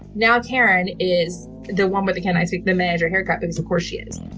now karen is the one. but again, i think the manager here kind of is of course she is